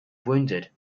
wounded